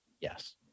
yes